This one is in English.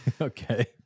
Okay